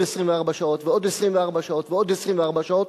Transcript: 24 שעות ועוד 24 שעות ועוד 24 שעות,